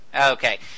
Okay